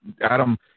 Adam